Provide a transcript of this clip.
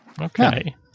Okay